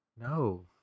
No